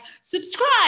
subscribe